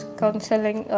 counseling